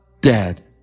dead